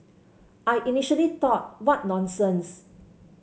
I initially thought what nonsense